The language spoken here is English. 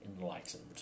enlightened